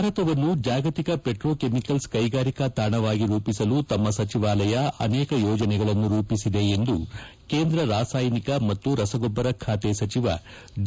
ಭಾರತವನ್ನು ಜಾಗತಿಕ ಪೆಟ್ರೋಕೆಮಿಕಲ್ಲ್ ಕೈಗಾರಿಕಾ ತಾಣವಾಗಿ ರೂಪಿಸಲು ತಮ್ಮ ಸಚಿವಾಲಯ ಅನೇಕ ಯೋಜನೆಗಳನ್ನು ರೂಪಿಸಿದೆ ಎಂದು ಕೇಂದ್ರ ರಾಸಾಯನಿಕ ಮತ್ತು ರಸಗೊಬ್ಬರ ಖಾತೆ ಸಚಿವ ಡಿ